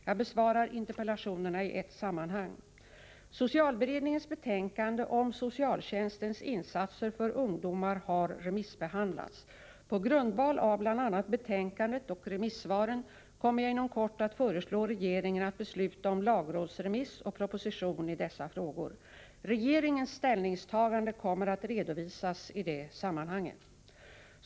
Jag besvarar interpellationerna i ett sammanhang. Socialberedningens betänkande om socialtjänstens insatser för ungdomar har remissbehandlats. På grundval av bl.a. betänkandet och remissvaren kommer jag inom kort att föreslå regeringen att besluta om lagrådsremiss och proposition i dessa frågor. Regeringens ställningstaganden kommer att redovisas i det sammanhanget.